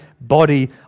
body